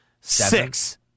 six